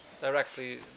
directly